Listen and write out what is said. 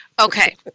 Okay